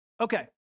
Okay